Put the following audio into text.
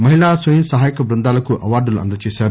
మహిళా స్వయం సహాయక బృందాలకు అవార్గులు అందజేశారు